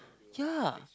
ya